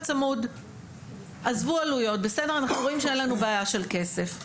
צמוד עזבו עלויות בסדר אנחנו רואים שאין לנו בעיה של כסף,